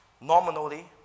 Normally